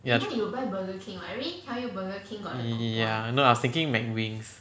ya no I was thinking mcwings